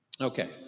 Okay